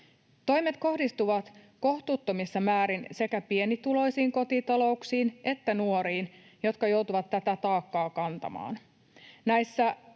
Toimet kohdistuvat kohtuuttomissa määrin sekä pienituloisiin kotitalouksiin että nuoriin, jotka joutuvat tätä taakkaa kantamaan.